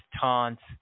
taunts